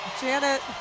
janet